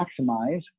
maximize